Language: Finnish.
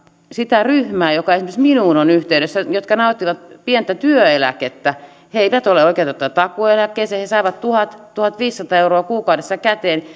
sitä ryhmää joka esimerkiksi minuun on yhteydessä ja joka nauttii pientä työeläkettä he eivät ole oikeutettuja takuueläkkeeseen he saavat tuhat viiva tuhatviisisataa euroa kuukaudessa käteen